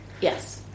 Yes